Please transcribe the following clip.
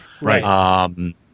Right